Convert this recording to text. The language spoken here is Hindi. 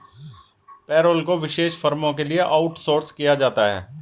पेरोल को विशेष फर्मों के लिए आउटसोर्स किया जाता है